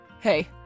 Hey